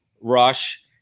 Rush